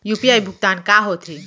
UPI भुगतान का होथे?